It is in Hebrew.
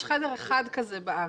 יש חדר אחד כזה בארץ.